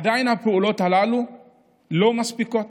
עדיין הפעולות הללו לא מספיקות,